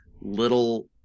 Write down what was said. little